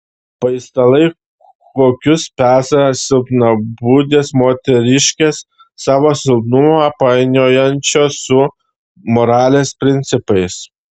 paistalai kokius peza silpnabūdės moteriškės savo silpnumą painiojančios su moralės principais